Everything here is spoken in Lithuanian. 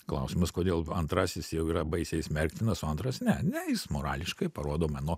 klausimas kodėl antrasis jau yra baisiai smerktinas o antras ne ne jis morališkai parodo mano